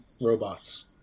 robots